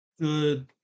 good